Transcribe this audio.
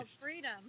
freedom